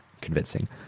convincing